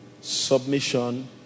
submission